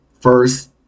first